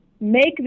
make